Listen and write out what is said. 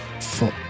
foot